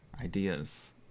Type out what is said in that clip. ideas